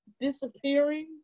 disappearing